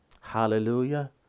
Hallelujah